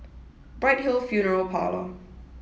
Bright Hill Funeral Parlor